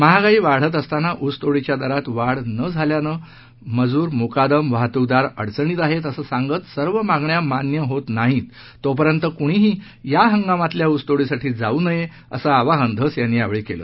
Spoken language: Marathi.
महागाई वाढत असताना ऊसतोडीच्या दरात वाढ न झाल्यानं मजूर मुकादम वाहतुकदार अडचणीत आहेत असं सांगत सर्व मागण्या मान्य होत नाहीत तोपर्यंत कुणीही या हंगामातल्या ऊसतोडीसाठी जाऊ नये असं आवाहन धस यांनी यावेळी केलं